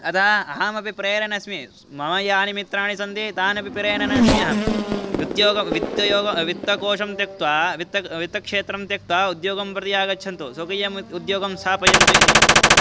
अतः अहमपि प्रेरयन् अस्मि मम यानि मित्राणि सन्ति तानपि प्रेरयन् अस्मि अहं उद्योगं वित्तयोगे वित्तकोषं त्यक्त्वा वित्ते वित्तक्षेत्रं त्यक्त्वा उद्योगं प्रति आगच्छन्तु स्वकीयम् उद्योगं स्थापयन्तु इति